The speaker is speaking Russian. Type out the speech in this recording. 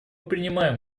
принимаем